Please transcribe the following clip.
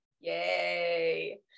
yay